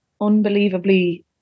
unbelievably